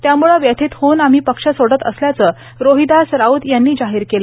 त्यामुळे व्यथित होऊन आम्ही पक्ष सोडत असल्याचे रोहिदास राऊत यांनी जाहीर केल